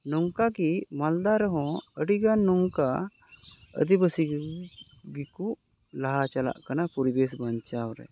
ᱱᱚᱝᱠᱟ ᱜᱮ ᱢᱟᱞᱫᱟ ᱨᱮᱦᱚᱸ ᱟᱹᱰᱤ ᱜᱟᱱ ᱱᱚᱝᱠᱟ ᱟᱹᱫᱤᱵᱟᱹᱥᱤ ᱜᱮᱠᱚ ᱞᱟᱦᱟ ᱪᱟᱞᱟᱜ ᱠᱟᱱᱟ ᱯᱚᱨᱤᱵᱮᱥ ᱵᱟᱧᱪᱟᱣ ᱨᱮ